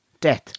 death